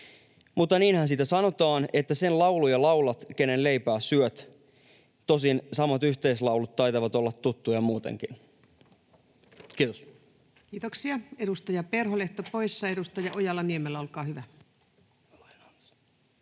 Mutta niinhän sitä sanotaan, että sen lauluja laulat, kenen leipää syöt — tosin samat yhteislaulut taitavat olla tuttuja muutenkin. — Kiitos. Kiitoksia. — Edustaja Perholehto poissa. — Edustaja Ojala-Niemelä, olkaa hyvä.